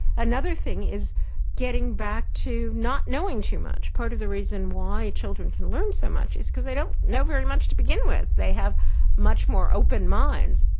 another thing is getting back to not knowing too much. part of the reason why children can learn so much is because they don't know very much to begin with. they have much more open minds.